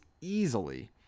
easily